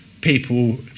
people